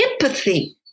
empathy